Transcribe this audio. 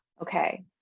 Okay